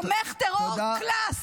תומך טרור קלאס.